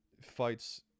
fights